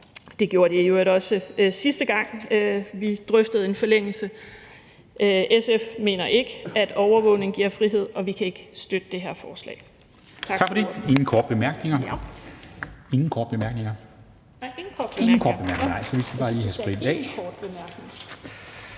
det gjorde det i øvrigt også sidste gang, da vi drøftede det her lovforslag. SF mener ikke, at overvågning giver frihed, og vi kan ikke støtte det her forslag.